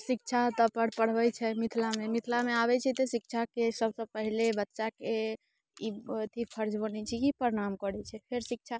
शिक्षा तऽ अपन पढ़बैत छै मिथिलामे मिथिलामे आबैत छै तऽ शिक्षाके पहिले बच्चाके ई अथि फर्ज बनैत छै कि ई प्रणाम करैत छै फेर शिक्षा